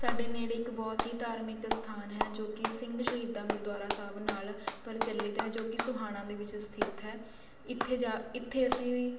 ਸਾਡੇ ਨੇੜੇ ਇੱਕ ਬਹੁਤ ਹੀ ਧਾਰਮਿਕ ਸਥਾਨ ਹੈ ਜੋ ਕਿ ਸਿੰਘ ਸ਼ਹੀਦਾਂ ਗੁਰਦੁਆਰਾ ਸਾਹਿਬ ਨਾਲ਼ ਪ੍ਰਚਲਿਤ ਹੈ ਜੋ ਕਿ ਸੋਹਾਣਾ ਦੇ ਵਿੱਚ ਸਥਿਤ ਹੈ ਇੱਥੇ ਜਾ ਇੱਥੇ ਅਸੀਂ